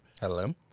Hello